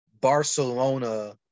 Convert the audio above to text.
Barcelona